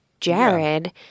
Jared